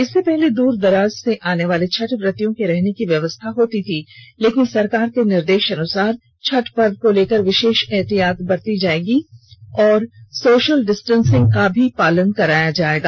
इससे पहले दूर दराज से आने वाले छठ व्रतियों के रहने की व्यवस्था मंदिर प्रबंधन द्वारा की जाती थी लेकिन सरकार के निर्देशानुसार छठ पर्व को लेकर विशेष एहतियात बरती जाएगी सोशल डिस्टेंसिंग का पालन भी कराया जाएगा